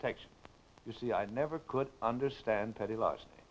text you see i never could understand petty larceny